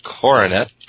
Coronet